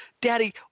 Daddy